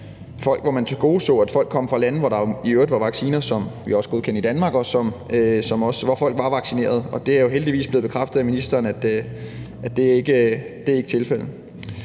hvor man tilgodeså folk, der kom fra lande, hvor der i øvrigt var vacciner, som vi også har godkendt i Danmark, og som var vaccinerede. Det er jo heldigvis blevet bekræftet af ministeren, at det ikke er tilfældet.